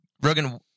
Rogan